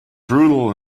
brutal